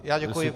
Já děkuji.